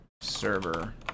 server